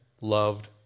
loved